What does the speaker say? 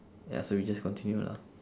ya so we just continue lah